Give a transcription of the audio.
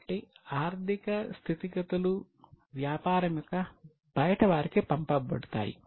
కాబట్టి ఆర్ధిక స్థితిగతులు వ్యాపారం యొక్క బయటివారికి పంపబడతాయి